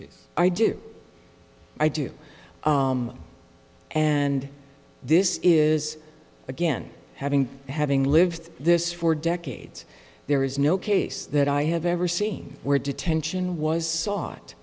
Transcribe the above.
case i do i do and this is again having having lived this for decades there is no case that i have ever seen where detention was s